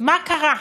מה קרה?